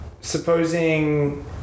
supposing